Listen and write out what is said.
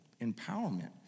empowerment